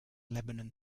lebanon